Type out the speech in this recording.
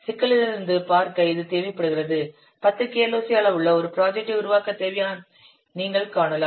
சிக்கலில் இருந்து பார்க்க இது தேவைப்படுகிறது 10 KLOC அளவுள்ள ஒரு ப்ராஜெக்ட்டை உருவாக்க தேவையானதை நீங்கள் காணலாம்